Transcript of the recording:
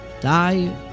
die